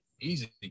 easy